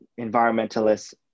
environmentalists